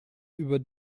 über